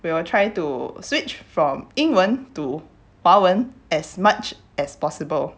we will try to switch from 英文 to 华文 as much as possible